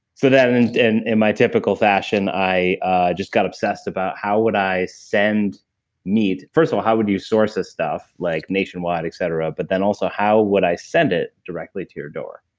so then in my typical fashion, i just got obsessed about how would i send meat. first of all, how would you source this stuff like nationwide, etc, but then also how would i send it directly to your door?